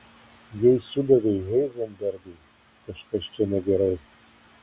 jei sudavei heizenbergui kažkas čia negerai